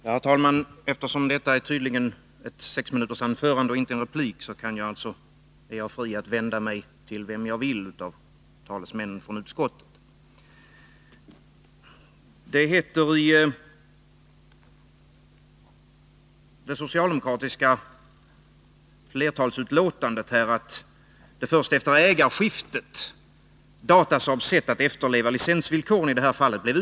Herr talman! Eftersom detta tydligen är ett sex minuters anförande och inte en replik, är jag fri att vända mig till vem jag vill av talesmännen från utskottet. Det heter i det socialdemokratiska flertalsutlåtandet att det var först efter ägarskiftet som Datasaabs sätt att efterleva licensvillkoren blev utrett.